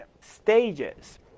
stages